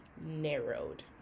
narrowed